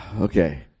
okay